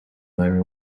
нами